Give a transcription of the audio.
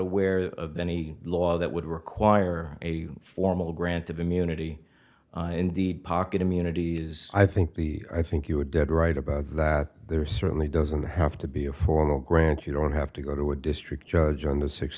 aware of any law that would require a formal grant of immunity indeed pocket immunity i think the i think you're dead right about that there are certainly doesn't have to be a formal grant you don't have to go to a district judge on the six